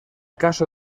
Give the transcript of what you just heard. caso